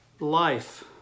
Life